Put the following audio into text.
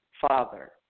father